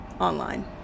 online